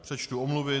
Přečtu omluvy.